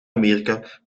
amerika